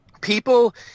people